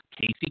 Casey